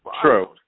True